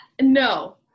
no